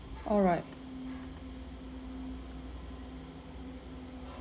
alright